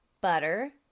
Butter